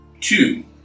two